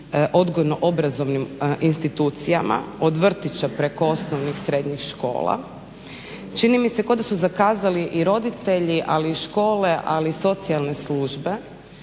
odgojno-obrazovnim institucijama, od vrtića, preko osnovnih i srednjih škola. Čini mi se ko da su zakazali i roditelji ali i škole, ali i socijalne službe